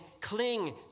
cling